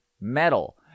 metal